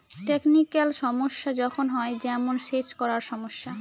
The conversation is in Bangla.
টেকনিক্যাল সমস্যা যখন হয়, যেমন সেচ করার সময়